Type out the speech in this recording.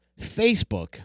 Facebook